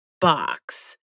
box